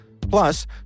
Plus